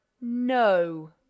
no